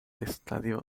estadio